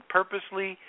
purposely